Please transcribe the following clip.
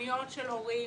פניות של הורים